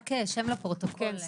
רק שם לפרוטוקול.